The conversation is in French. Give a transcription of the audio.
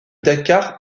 dakar